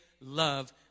love